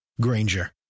Granger